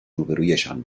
روبهرویشان